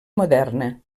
moderna